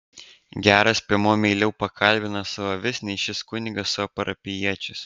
geras piemuo meiliau pakalbina savo avis nei šis kunigas savo parapijiečius